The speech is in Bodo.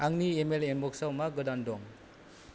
आंनि इमेल इनबक्साव मा गोदान दं